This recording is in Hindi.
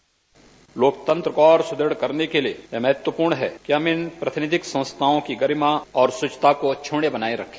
बाइट लोकतंत्र को और अधिक सुदृढ़ करने के लिये यह महत्वपूर्ण है कि हम इन प्रतिनिध संस्थाओं की गरिमा और शविता को बनाये रखे